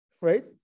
right